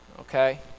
okay